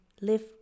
live